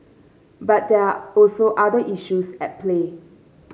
but there are also other issues at play